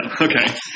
okay